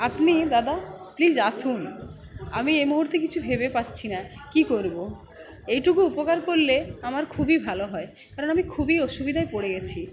আপনি দাদা প্লিজ আসুন আমি এই মুহুর্তে কিছু ভেবে পাচ্ছি না কি করবো এইটুকু উপকার করলে আমার খুবই ভালো হয় কারণ আমি খুবই অসুবিধায় পড়ে গেছি